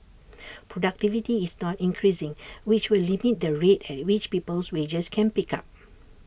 productivity is not increasing which will limit the rate at which people's wages can pick up